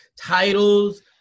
titles